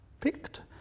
picked